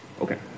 Okay